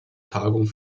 tagung